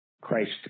Christ